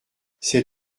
c’est